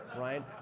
right?